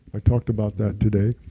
i talked about that today.